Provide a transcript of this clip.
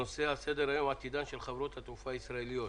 הנושא על סדר היום עתידן של חברות התעופה הישראליות.